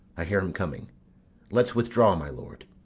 i hear him coming let's withdraw, my lord.